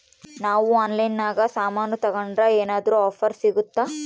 ನಾವು ಆನ್ಲೈನಿನಾಗ ಸಾಮಾನು ತಗಂಡ್ರ ಏನಾದ್ರೂ ಆಫರ್ ಸಿಗುತ್ತಾ?